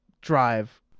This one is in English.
drive